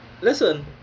Listen